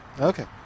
Okay